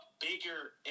bigger